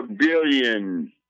billion